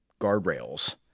guardrails